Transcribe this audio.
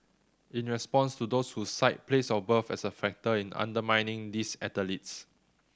in response to those who cite place of birth as a factor in undermining these athletes